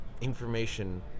information